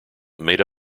made